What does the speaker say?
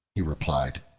he replied,